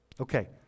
Okay